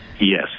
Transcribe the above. Yes